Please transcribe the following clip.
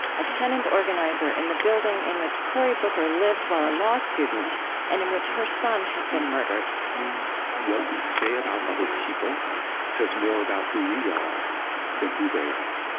a tenant organizer in the building in which cory booker lived while a law student and in which her son had been murdered what we say about other people says more about who we are than who they are.